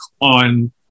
on